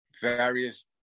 various